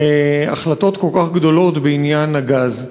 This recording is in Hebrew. החלטות כל כך גדולות בעניין הגז.